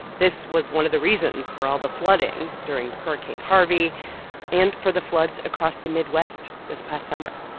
this was one of the reasons for all the flooding during hurricane harvey and for the floods across the midwest this past summer.